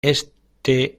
este